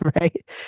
right